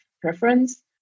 preference